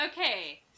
Okay